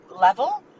level